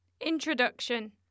Introduction